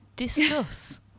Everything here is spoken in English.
discuss